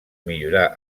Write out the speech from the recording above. millorar